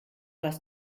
was